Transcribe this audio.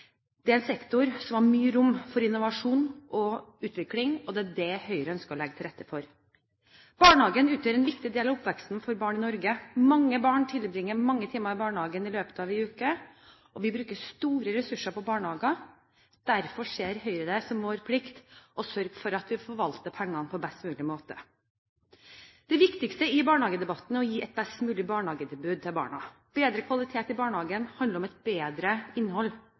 Det er en sektor som har mye rom for innovasjon og utvikling, og det er det Høyre ønsker å legge til rette for. Barnehagen utgjør en viktig del av oppveksten for barn i Norge. Mange barn tilbringer mange timer i barnehagen i løpet av en uke. Vi bruker store ressurser på barnehager, og derfor ser Høyre det som sin plikt å sørge for at vi forvalter pengene på en best mulig måte. Det viktigste når det gjelder debatten om barnehager, er å gi barna et best mulig tilbud. Bedre kvalitet i barnehagen handler om et bedre innhold,